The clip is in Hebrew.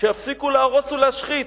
שיפסיקו להרוס ולהשחית.